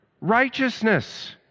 Righteousness